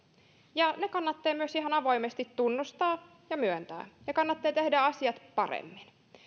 ja ne kannattaa myös ihan avoimesti tunnustaa ja myöntää ja kannattaa tehdä asiat paremmin